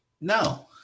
no